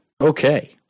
okay